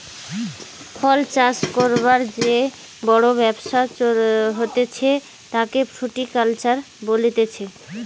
ফল চাষ করবার যে বড় ব্যবসা হতিছে তাকে ফ্রুটিকালচার বলতিছে